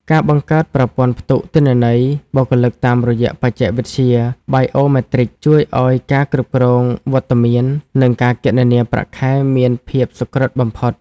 ការបង្កើតប្រព័ន្ធផ្ទុកទិន្នន័យបុគ្គលិកតាមរយៈបច្ចេកវិទ្យា Biometric ជួយឱ្យការគ្រប់គ្រងវត្តមាន និងការគណនាប្រាក់ខែមានភាពសុក្រឹតបំផុត។